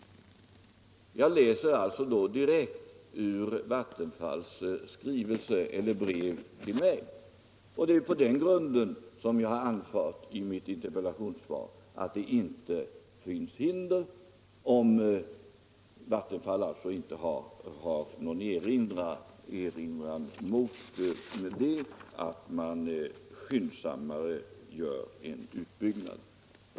Jag läser alltså här direkt ut Vattenfalls brev till mig. Det är på denna grund som jag i interpellationssvaret har sagt att det inte föreligger något hinder, om Vattenfall inte har någon erinran mot att man skyndsammare gör en utbyggnad.